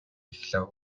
эхлэв